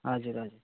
हजुर हजुर